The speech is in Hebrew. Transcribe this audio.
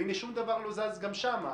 והנה שום דבר לא זז גם שם.